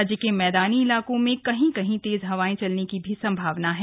राज्य के मैदानी इलाको में कहीं कहीं तेज हवाएं चलने की संभावना है